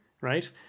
right